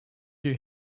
you